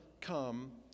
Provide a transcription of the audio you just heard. come